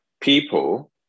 People